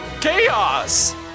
chaos